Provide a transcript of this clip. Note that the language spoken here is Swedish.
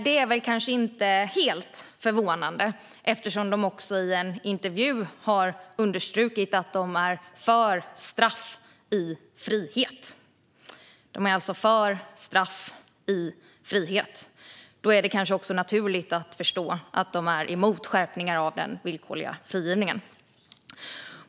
Det är kanske inte helt förvånande eftersom man också i en intervju har understrukit att man är för straff i frihet.